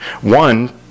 One